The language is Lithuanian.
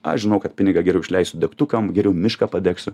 aš žinau kad pinigą geriau išleisiu degtukam geriau mišką padegsiu